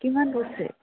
কিমান পৰছে